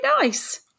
nice